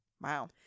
Wow